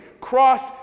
cross